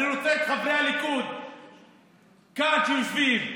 אני רואה את חברי הליכוד שיושבים כאן.